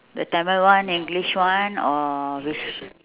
the tamil one english one or which